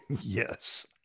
yes